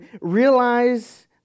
realize